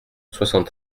soixante